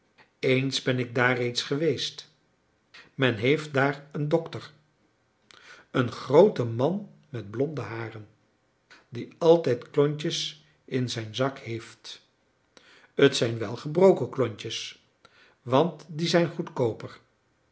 eens ben ik daar reeds geweest men heeft daar een dokter een grooten man met blonde haren die altijd klontjes in zijn zak heeft het zijn wel gebroken klontjes want die zijn goedkooper